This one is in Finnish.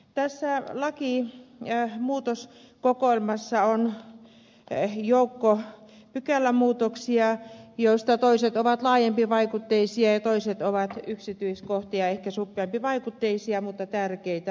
tässä lakimuutoskokoelmassa on joukko pykälämuutoksia joista toiset ovat laajempivaikutteisia ja toiset ovat yksityiskohtia ehkä suppeampivaikutteisia mutta tärkeitä